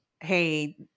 hey